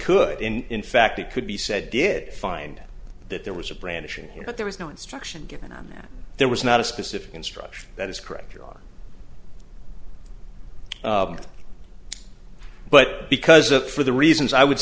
could in fact it could be said did find that there was a brandishing but there was no instruction given on that there was not a specific instruction that is correct or are but because of for the reasons i would